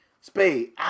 Spade